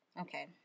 Okay